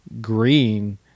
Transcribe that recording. green